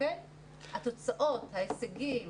התוצאות, ההישגים,